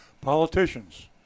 Politicians